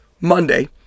Monday